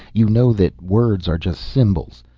you know that words are just symbols.